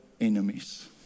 enemies